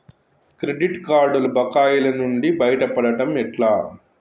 Credit కార్డుల బకాయిల నుండి బయటపడటం ఎట్లా?